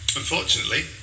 unfortunately